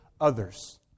others